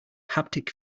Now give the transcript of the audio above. haptic